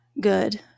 good